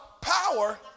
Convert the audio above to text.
power